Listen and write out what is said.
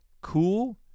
cool